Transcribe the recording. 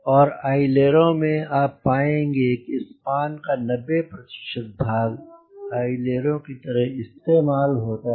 और अइलेरों में आप पाएंगे कि स्पान का 90 प्रतिशत भाग अइलेरों की तरह इस्तेमाल होता है